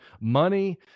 Money